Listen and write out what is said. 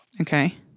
Okay